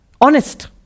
Honest